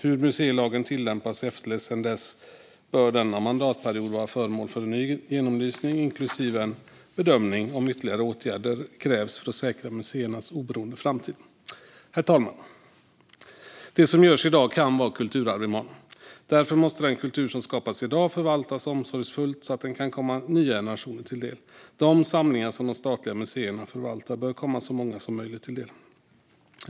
Hur museilagen har tillämpats och efterlevts sedan dess bör under denna mandatperiod vara föremål för en ny genomlysning inklusive en bedömning av om ytterligare åtgärder krävs för att säkra museernas oberoende i framtiden. Herr talman! Det som görs i dag kan vara kulturarv i morgon. Därför måste den kultur som skapas i dag förvaltas omsorgsfullt, så att den kan komma nya generationer till del. De samlingar som de statliga museerna förvaltar bör komma så många som möjligt till del.